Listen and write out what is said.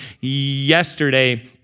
yesterday